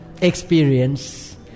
experience